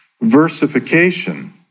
versification